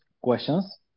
questions